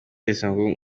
ubuzima